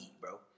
bro